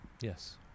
Yes